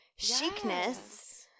chicness